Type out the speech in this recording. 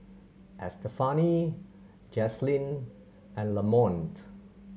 Estefany Jazlyn and Lamont